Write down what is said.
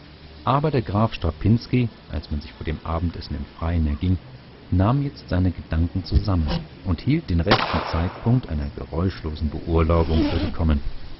aber der graf strapinski als man sich vor dem abendessen im freien erging nahm jetzo seine gedanken zusammen und hielt den rechten zeitpunkt einer geräuschlosen beurlaubung für gekommen